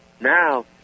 Now